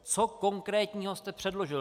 Co konkrétního jste předložil?